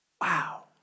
Wow